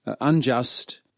unjust